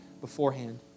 beforehand